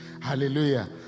hallelujah